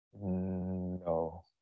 No